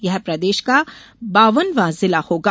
ये प्रदेश का बावनवा जिला होगा